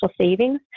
savings